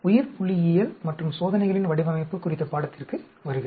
உயிர்புள்ளியியல் மற்றும் சோதனைகளின் வடிவமைப்பு குறித்த பாடத்திற்கு வருக